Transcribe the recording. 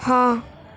ہاں